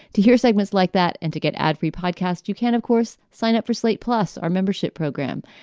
to hear segments like that and to get ad free podcast, you can, of course, sign up for slate, plus our membership program.